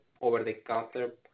over-the-counter